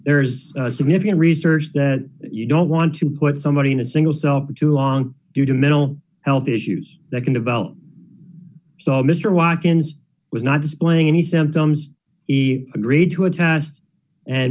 there is significant research that you don't want to put somebody in a single cell for too long due to mental health issues that can develop so mr watkins was not displaying any symptoms he agreed to a test and